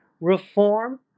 Reform